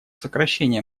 сокращение